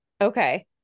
okay